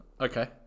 okay